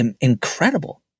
incredible